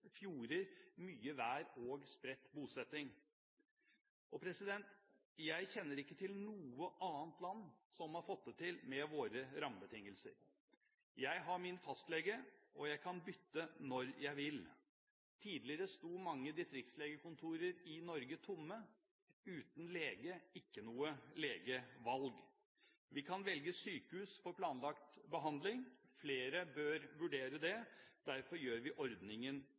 mye vær og spredt bosetting. Jeg kjenner ikke til noe annet land som har fått det til med våre rammebetingelser. Jeg har min fastlege, og jeg kan bytte når jeg vil. Tidligere sto mange distriktslegekontorer i Norge tomme – uten lege, ikke noe legevalg. Vi kan velge sykehus for planlagt behandling. Flere bør vurdere det, derfor gjør vi ordningen